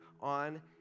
on